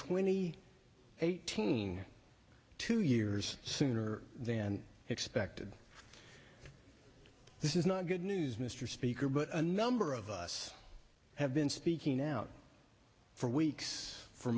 twenty eighteen two years sooner than expected this is not good news mr speaker but a number of us have been speaking out for weeks for